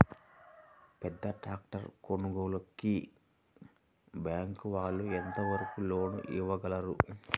పెద్ద ట్రాక్టర్ కొనుగోలుకి బ్యాంకు వాళ్ళు ఎంత వరకు లోన్ ఇవ్వగలరు?